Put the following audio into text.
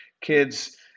kids